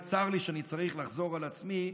וצר לי שאני צריך לחזור על עצמי,